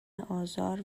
آزار